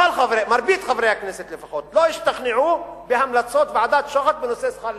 מרבית חברי הכנסת לפחות לא השתכנעו מהמלצות ועדת-שוחט בנושא שכר הלימוד,